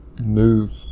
move